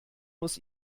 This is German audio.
muss